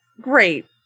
great